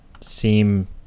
seem